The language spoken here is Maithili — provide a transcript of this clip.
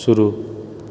शुरू